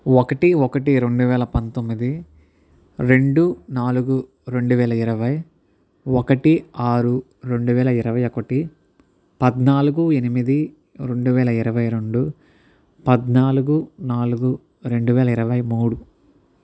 ఒకటి ఒకటి రెండు వేల పంతొమ్మిది రెండు నాలుగు రెండు వేల ఇరవై ఒకటి ఆరు రెండు వేల ఇరవై ఒకటి పద్నాలుగు ఎనిమిది రెండు వేల ఇరవై రెండు పద్నాలుగు నాలుగు రెండు వేల ఇరవై మూడు